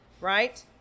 right